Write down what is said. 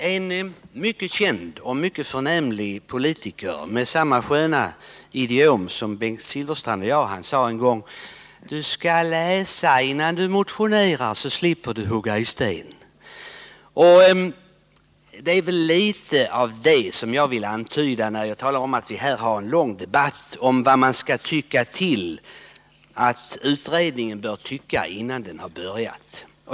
En mycket känd och förnämlig politiker med samma sköna idiom som Bengt Silfverstrand och jag sade en gång: Du skall läsa innan du motionerar, så slipper du hugga i sten. Det är litet av det jag vill antyda när jag talar om att vi här för en lång debatt om vad utredningen bör komma fram till innan den har börjat.